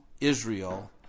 Israel